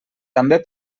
també